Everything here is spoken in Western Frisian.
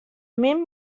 min